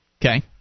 Okay